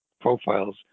profiles